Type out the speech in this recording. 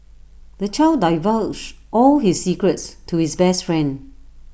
the child divulged all his secrets to his best friend